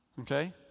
Okay